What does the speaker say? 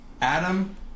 adam